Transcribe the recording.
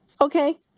okay